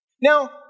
Now